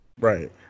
Right